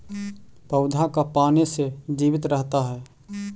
पौधा का पाने से जीवित रहता है?